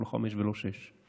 לא בעוד חמש וגם לא בעוד שש שנים.